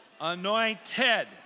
Anointed